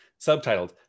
subtitled